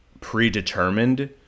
predetermined